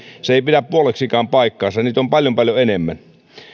se ei pidä puoliksikaan paikkaansa niitä on paljon paljon enemmän